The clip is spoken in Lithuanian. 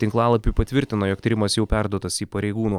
tinklalapy patvirtino jog tyrimas jau perduotas į pareigūnų